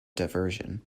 diversion